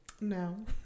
No